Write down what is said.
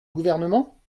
gouvernement